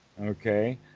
okay